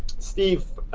steve,